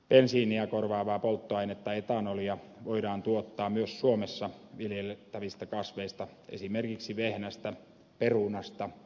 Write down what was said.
bensiiniä korvaavaa polttoainetta etanolia voidaan tuottaa myös suomessa viljeltävistä kasveista esimerkiksi vehnästä perunasta ohrasta ja sokerijuurikkaasta